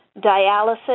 dialysis